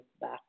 back